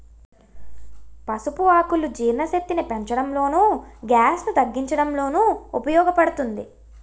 పసుపు ఆకులు జీర్ణశక్తిని పెంచడంలోను, గ్యాస్ ను తగ్గించడంలోనూ ఉపయోగ పడుతుంది